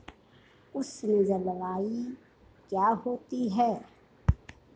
उष्ण जलवायु क्या होती है?